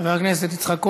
חבר הכנסת יצחק כהן,